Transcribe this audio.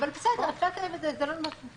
אלא באמת נמצא מגודר או משהו כזה,